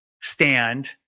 stand